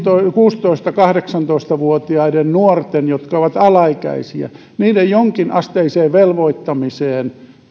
kuusitoista viiva kahdeksantoista vuotiaiden nuorten jotka ovat alaikäisiä jonkinasteiseen velvoittamiseen